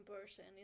person